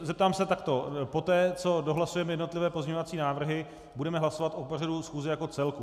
Zeptám se ještě takto: Poté co dohlasujeme jednotlivé pozměňovací návrhy, budeme hlasovat o pořadu schůze jako celku.